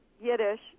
Yiddish